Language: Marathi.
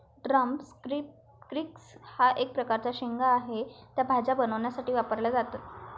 ड्रम स्टिक्स हा एक प्रकारचा शेंगा आहे, त्या भाज्या बनवण्यासाठी वापरल्या जातात